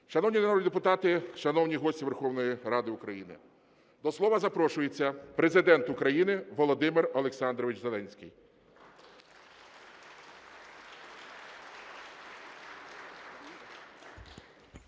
Шановні народні депутати, шановні гості Верховної Ради України, до слова запрошується Президент України Володимир Олександрович Зеленський.